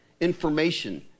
information